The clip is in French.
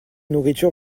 nourriture